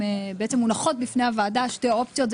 מונחות בפני הוועדה שתי אופציות.